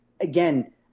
again